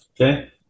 Okay